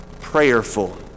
prayerful